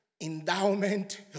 Endowment